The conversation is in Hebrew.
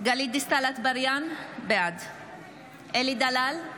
גלית דיסטל אטבריאן, בעד אלי דלל,